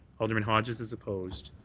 alderman hodges is opposed.